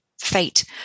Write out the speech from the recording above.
fate